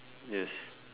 yes